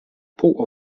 pół